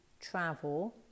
travel